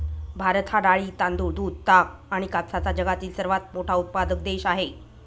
भारत हा डाळी, तांदूळ, दूध, ताग आणि कापसाचा जगातील सर्वात मोठा उत्पादक देश आहे